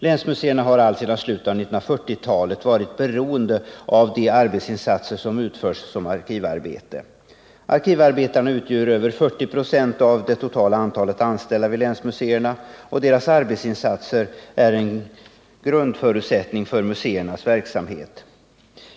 Länsmuseerna har allt sedan slutet av 1940-talet varit beroende av de arbetsinsatser som görs som arkivarbete. Arkivarbetarna utgör över 40 96 av det totala antalet anställda vid länsmuseerna, och deras arbetsinsatser är en grundförutsättning för museernas verksamhet.